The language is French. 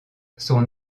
son